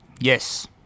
Yes